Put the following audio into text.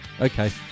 Okay